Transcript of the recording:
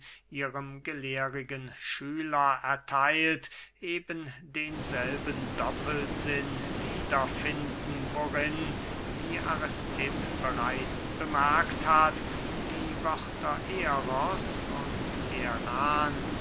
ihrem gelehrigen schüler ertheilt eben denselben doppelsinn wieder finden worin wie aristipp bereits bemerkt hat die wörter eros und